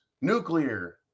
nuclear